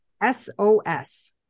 S-O-S